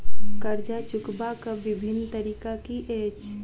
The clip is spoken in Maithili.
कर्जा चुकबाक बिभिन्न तरीका की अछि?